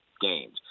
games